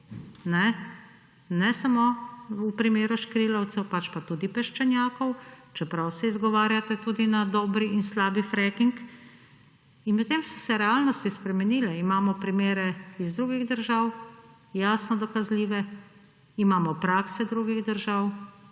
ne samo v primeru škrilavcev, pač pa tudi peščenjakov, čeprav se izgovarjate tudi na dobri in slabi fracking; in medtem so se realnosti spremenile. Imamo primere iz drugih držav, jasno dokazljive, imamo prakse drugih držav,